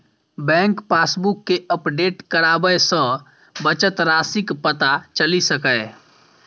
bank passbook कें update कराबय सं बचत राशिक पता चलि सकैए